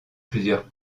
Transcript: plusieurs